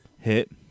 hit